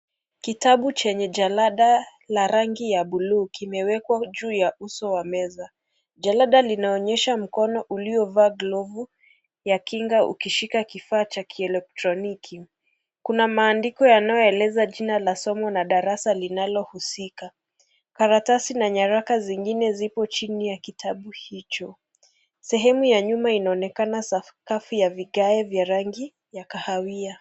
Kitabu chenye jalada la rangi ya bluu kimewekwa juu ya uso wa meza. Jalada linaonyesha mkono uliovaa glovu ya kinga ukishika kifaa cha kielektroniki. Kuna maandiko yanayoeleza jina la somo na darasa linalohusika. Karatasi na nyaraka zingine zipo chini ya kitabu hicho. Sehemu ya nyuma inaonekana sakafu ya vigae vya rangi ya kahawia.